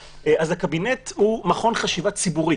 הקבינט הוא מכון חשיבה ציבורי.